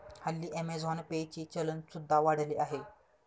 हल्ली Amazon Pay चे चलन सुद्धा वाढले आहे